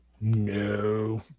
No